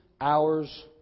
hours